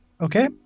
Okay